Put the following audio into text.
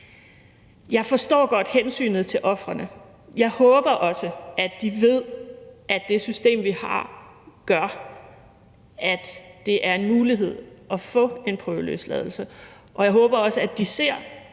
Jeg forstår godt hensynet til ofrene, og jeg håber også, at de ved, at det system, vi har, gør, at det er en mulighed at få en prøveløsladelse, og jeg håber også, at de ser,